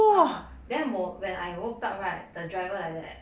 ah then 我 when I woke up right the driver like that